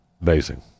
Amazing